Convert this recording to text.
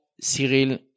Cyril